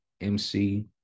mc